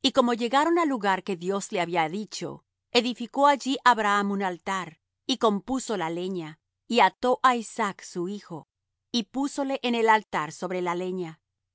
y como llegaron al lugar que dios le había dicho edificó allí abraham un altar y compuso la leña y ató á isaac su hijo y púsole en el altar sobre la leña